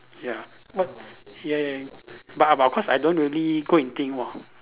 ya what ya ya but about cause I don't really go and think of